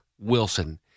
Wilson